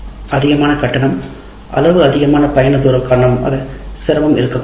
அதிகமான கட்டணம் அளவு அதிகமான தூரம் காரணமாக சிரமம் இருக்கக் கூடாது